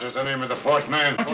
the name of the fourth man?